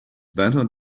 better